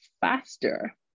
faster